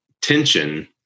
tension